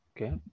Okay